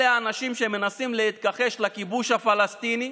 אלה אנשים שמנסים להתכחש לכיבוש הפלסטיני